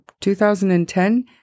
2010